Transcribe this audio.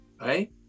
Right